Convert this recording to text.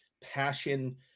passion